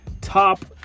top